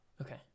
Okay